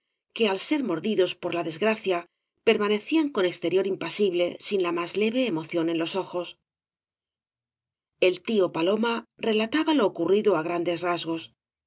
que al ser mordidos por la des gracia permanecían con exterior impasible sin la más leve emoción en los ojos el tío palomea relataba lo ocurrido á grandes rasgos